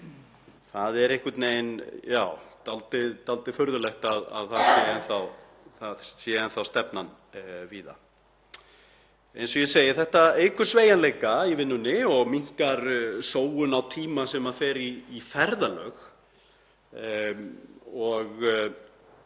Það er einhvern veginn dálítið furðulegt að það sé enn þá stefnan víða. Eins og ég segi, þetta eykur sveigjanleika í vinnunni og minnkar sóun á tíma sem fer í ferðalög.